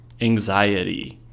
anxiety